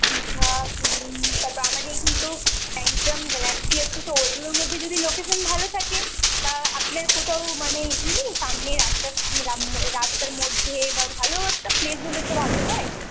দীঘা পুরী তারপর আমাদের এইখানে তো গ্যালাক্সি আছে তো ওইগুলোর মধ্যে যদি লোকেসন ভালো থাকে বা আপনার কোথাও মানে এমনি সামনে রাস্তার মধ্যে বা ভালো একটা প্লেস হলে তো ভালো হয়